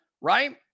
right